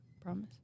Promise